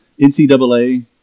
NCAA